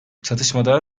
çatışmada